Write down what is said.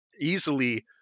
easily